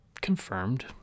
confirmed